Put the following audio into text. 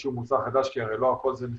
שהוא מוצר חדש כי הרי לא הכל זה מכרזים,